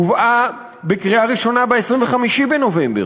הובאה לקריאה ראשונה ב-25 בנובמבר,